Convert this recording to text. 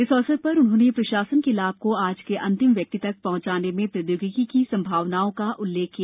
इस अवसर पर उन्होंने प्रशासन के लाभ को समाज के अंतिम व्यक्ति तक पहुंचाने में प्रौद्योगिकी की संभावनाओं का उल्लेख किया